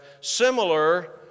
similar